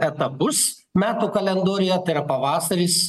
etapus metų kalendoriuje tai yra pavasaris